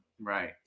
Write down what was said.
Right